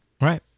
Right